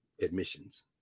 admissions